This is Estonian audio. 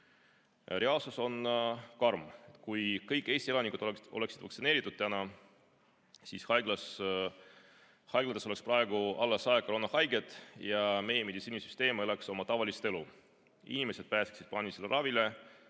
Reaalsus on karm. Kui kõik Eesti elanikud oleksid vaktsineeritud, siis haiglates oleks praegu alla saja koroonahaige ja meie meditsiinisüsteem elaks oma tavalist elu. Inimesed pääseksid plaanilisele ravile.